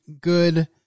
good